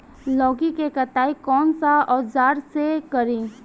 लौकी के कटाई कौन सा औजार से करी?